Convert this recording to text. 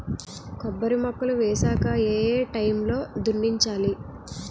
కొబ్బరి మొక్కలు వేసాక ఏ ఏ టైమ్ లో దున్నించాలి?